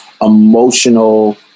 emotional